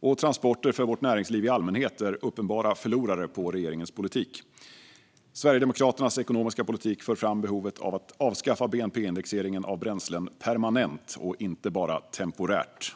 och transporter för vårt näringsliv i allmänhet är uppenbara förlorare på regeringens politik. Sverigedemokraternas ekonomiska politik för fram behovet av att avskaffa bnp-indexeringen av bränslen permanent och inte bara temporärt.